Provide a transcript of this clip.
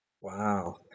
Wow